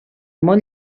molt